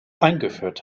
eingeführt